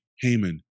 Haman